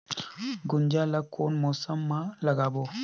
गुनजा ला कोन मौसम मा लगाबो?